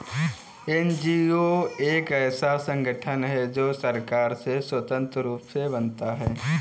NGO एक ऐसा संगठन है जो सरकार से स्वतंत्र रूप से बनता है